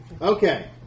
Okay